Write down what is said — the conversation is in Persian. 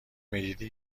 میدیدی